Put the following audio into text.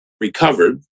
recovered